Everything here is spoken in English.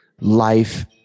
life